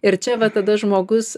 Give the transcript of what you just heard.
ir čia vat tada žmogus